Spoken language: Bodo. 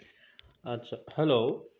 आटसा हेल'